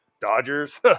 Dodgers